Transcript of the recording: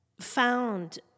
found